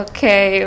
Okay